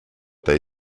they